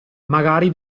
magari